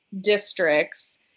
districts